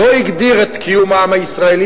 הוא לא הגדיר את קיום העם הישראלי,